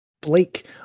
Blake